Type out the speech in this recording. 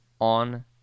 On